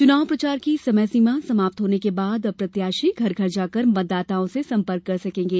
चुनाव प्रचार की समय सीमा समाप्त होने के बाद अब प्रत्याशी घर घर जाकर मतदाताओं से संपर्क कर सकेंगे